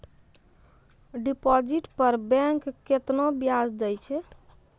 Deposit पर bank केतना ब्याज दै छै?